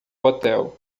hotel